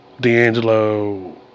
D'Angelo